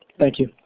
thank you.